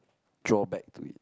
drawback to it